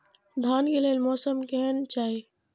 धान के लेल मौसम केहन चाहि?